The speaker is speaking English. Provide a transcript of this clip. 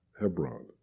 Hebron